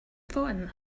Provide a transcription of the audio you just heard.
phone